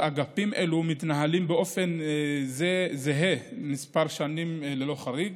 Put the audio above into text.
אגפים אלו מתנהלים באופן זה כמה שנים ללא חריג.